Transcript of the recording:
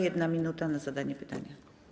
1 minuta na zadanie pytania.